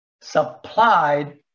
supplied